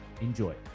Enjoy